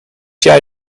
jij